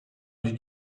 did